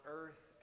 earth